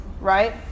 right